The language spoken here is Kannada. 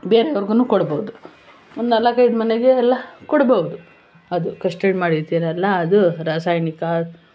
ಬೇರೆಯವರ್ಗು ಕೊಡ್ಬೋದು ಒಂದು ನಾಲ್ಕೈದು ಮನೆಗೆಲ್ಲ ಕೊಡ್ಬೋದು ಅದು ಕಷ್ಟಡ್ ಮಾಡಿರ್ತೀರಲ್ಲ ಅದು ರಾಸಾಯನಿಕ